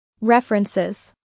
References